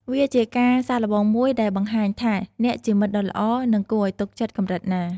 វាជាការសាកល្បងមួយដែលបង្ហាញថាអ្នកជាមិត្តដ៏ល្អ និងគួរឱ្យទុកចិត្តកម្រិតណា។